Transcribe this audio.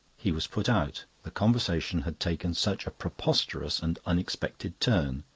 he was put out the conversation had taken such a preposterous and unexpected turn.